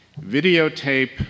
videotape